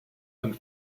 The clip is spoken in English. and